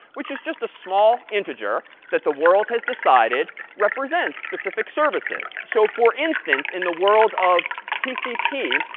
which is just a small integer that the world has decided represents specific services. so for instance, in the world of tcp,